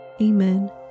Amen